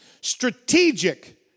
Strategic